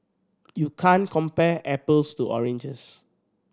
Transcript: you can't compare apples to oranges